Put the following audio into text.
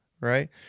right